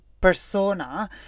persona